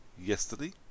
yesterday